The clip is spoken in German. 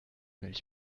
milch